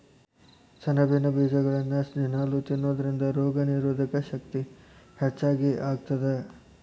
ಸೆಣಬಿನ ಬೇಜಗಳನ್ನ ದಿನಾಲೂ ತಿನ್ನೋದರಿಂದ ರೋಗನಿರೋಧಕ ಶಕ್ತಿ ಹೆಚ್ಚಗಿ ಆಗತ್ತದ